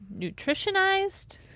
nutritionized